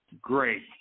great